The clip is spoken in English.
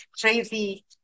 crazy